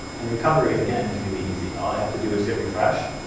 and recovery again is really easy. all i have to do is hit refresh.